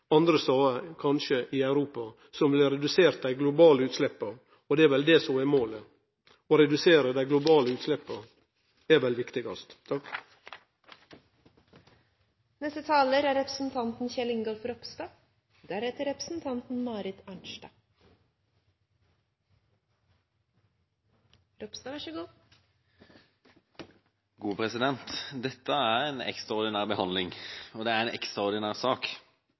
andre stader, kanskje i Europa, som ville ha redusert dei globale utsleppa, og det er vel det som er målet. Å redusere dei globale utsleppa er vel viktigast. Dette er en ekstraordinær behandling, og det er en ekstraordinær sak. Det er et viktig industriprosjekt, men det er